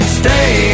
stay